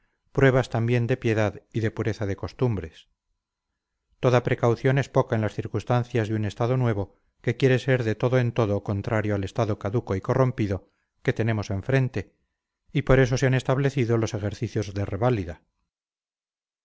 pruebas también de piedad y de pureza de costumbres toda precaución es poca en las circunstancias de un estado nuevo que quiere ser de todo en todo contrario al estado caduco y corrompido que tenemos enfrente y por eso se han establecido los ejercicios de reválida